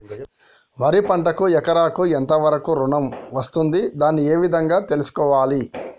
వరి పంటకు ఎకరాకు ఎంత వరకు ఋణం వస్తుంది దాన్ని ఏ విధంగా తెలుసుకోవాలి?